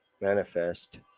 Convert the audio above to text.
manifest